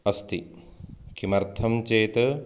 अस्ति किमर्थं चेत्